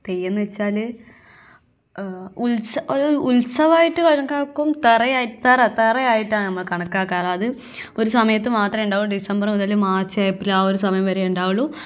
തെയ്യമെന്ന് വെച്ചാൽ ഉത്സവമായിട്ട് കണക്കാക്കും തറ ആയി തറ തറ ആയിട്ടാ നമ്മൾ കണക്കാക്കാറ് അത് ഒരു സമയത്തു മാത്രമേ ഉണ്ടാവു ഡിസംബർ മുതൽ മാർച്ച് ഏപ്രിൽ ആ ഒരു സമയം വരയെ ഉണ്ടാവുള്ളു